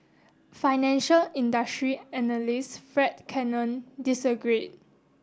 financial industry analyst Fred Cannon disagreed